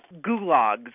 Gulags